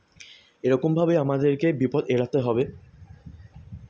এরকমভাবেই আমাদেরকে বিপদ এড়াতে হবে